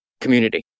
community